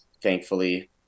Thankfully